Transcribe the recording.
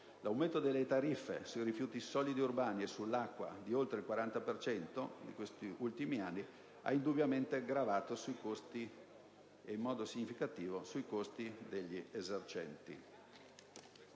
L'aumento delle tariffe sui rifiuti solidi urbani e sull'acqua di oltre il 40 per cento in questi ultimi anni ha indubbiamente aggravato in modo significativo i costi per gli esercenti.